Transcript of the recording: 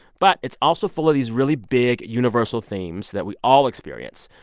but it's also full of these really big, universal themes that we all experience,